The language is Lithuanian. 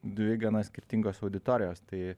dvi gana skirtingos auditorijos tai